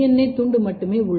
ஏ துண்டு மட்டுமே உள்ளது